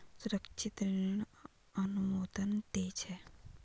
सुरक्षित ऋण अनुमोदन तेज है